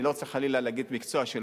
אני לא רוצה לומר חלילה מקצוע מסוים,